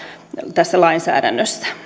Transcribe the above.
tässä lainsäädännössä